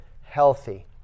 healthy